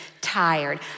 tired